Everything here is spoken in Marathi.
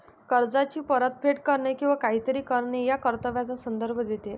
कर्जाची परतफेड करणे किंवा काहीतरी करणे या कर्तव्याचा संदर्भ देते